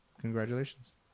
Congratulations